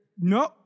No